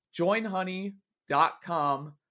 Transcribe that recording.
joinhoney.com